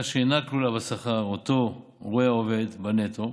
שאינה כלולה בשכר שאותו רואה העובד בנטו,